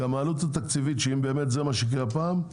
גם העלות התקציבית שאם באמת זה מה שיקרה הפעם,